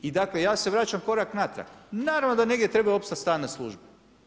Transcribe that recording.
I dakle ja se vraćam korak natrag, naravno da negdje treba opstati strana služba.